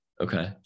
Okay